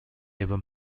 ever